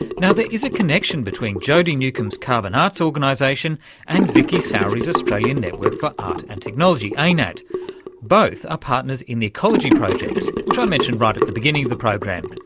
now, there is a connection between jodi newcombe's carbon arts organisation and vicki sowry's australian network for art and technology, anat, both are partners in the echology project which i mentioned right at the beginning of the program.